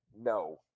no